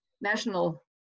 national